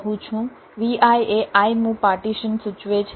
Vi એ i મું partition સૂચવે છે